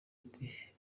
ati